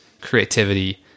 creativity